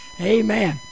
amen